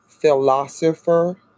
Philosopher